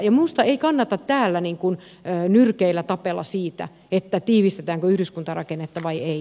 minusta ei kannata täällä nyrkeillä tapella siitä tiivistetäänkö yhdyskuntarakennetta vai ei